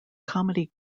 comedy